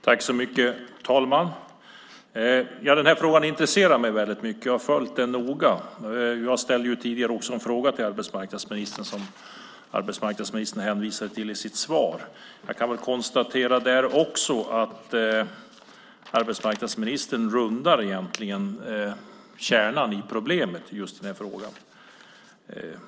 Herr talman! Den här frågan intresserar mig mycket, och jag har följt den noga. Jag ställde tidigare också en fråga till arbetsmarknadsministern som arbetsmarknadsministern hänvisade till i sitt svar. Jag kan konstatera att arbetsmarknadsministern också där rundar kärnan i problemet i den här frågan.